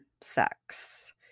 sex